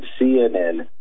CNN